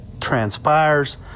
transpires